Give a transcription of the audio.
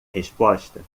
resposta